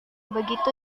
begitu